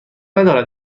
ندارد